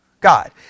God